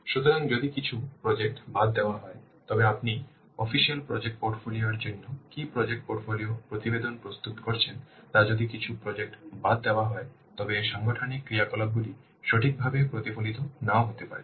সুতরাং যদি কিছু প্রজেক্ট বাদ দেওয়া হয় তবে আপনি অফিসিয়াল প্রজেক্ট পোর্টফোলিও এর জন্য কী প্রজেক্ট পোর্টফোলিও প্রতিবেদন প্রস্তুত করেছেন তা যদি কিছু প্রজেক্ট বাদ দেওয়া হয় তবে সাংগঠনিক ক্রিয়াকলাপগুলি সঠিকভাবে প্রতিফলিত নাও হতে পারে